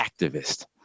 activist